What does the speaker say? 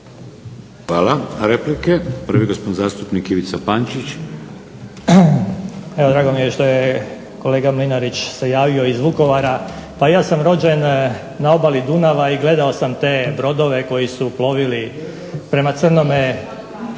Hvala. Replike. Prvi gospodin zastupnik Ivica Pančić. **Pančić, Ivica (HSD)** Evo drago mi je što je kolega Mlinarić se javio iz Vukovara. Pa ja sam rođen na obali Dunava i gledao sam te brodove koji su plovili prema Crnome